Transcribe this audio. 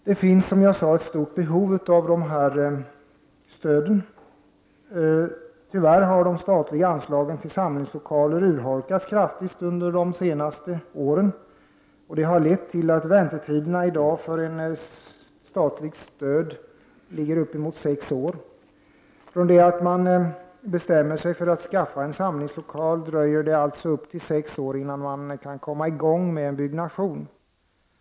Det finns alltså ett stort behov dessa stöd. Tyvärr har de statliga anslagen till samlingslokaler urholkats kraftigt under de senaste åren, och det har lett till att väntetiden i dag för statligt stöd är uppemot sex år. Från det att man bestämmer sig för att skaffa en samlingslokal dröjer det alltså upp till sex år innan man kan komma i gång med byggnationen.